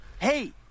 Hey